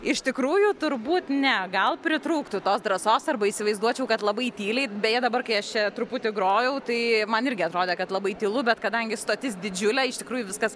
iš tikrųjų turbūt ne gal pritrūktų tos drąsos arba įsivaizduočiau kad labai tyliai beje dabar kai aš čia truputį grojau tai man irgi atrodė kad labai tylu bet kadangi stotis didžiulė iš tikrųjų viskas